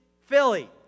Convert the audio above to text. Philly